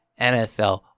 NFL